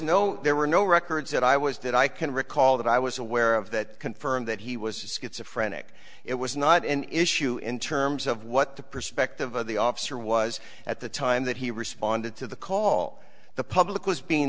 no there were no records that i was that i can recall that i was aware of that confirmed that he was schizo phrenic it was not an issue in terms of what the perspective of the officer was at the time that he responded to the call the public was being